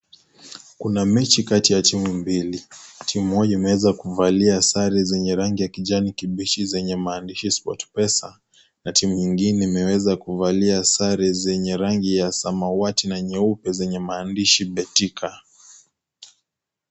Kuna mechi kati ya timu mbili, timu Moja imeweza kuvalia sare zenye rangi ya kijani kibichi zenye maandishi sportpesa na timu nyingine imeweza kuvalia sare zenye rangi ya samawati na nyeupe zenye maandishi betika